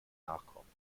nachkommen